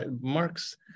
Mark's